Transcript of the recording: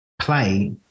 play